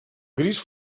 gris